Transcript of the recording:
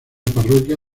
parroquia